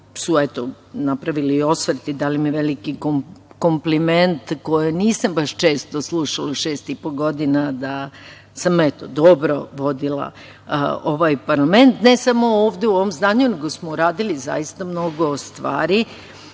su napravile osvrt i dale mi veliki kompliment, koje nisam baš često slušala u šest i po godina, da sam dobro vodila ovaj parlament, ne samo ovde u ovom zdanju, nego smo radili zaista mnogo